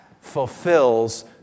fulfills